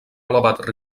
elevat